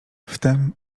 wtem